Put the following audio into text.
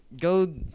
go